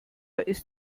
ist